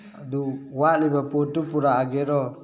ꯑꯗꯨ ꯋꯥꯠꯂꯤꯕ ꯄꯣꯠꯇꯨ ꯄꯨꯔꯛꯑꯒꯦꯔꯣ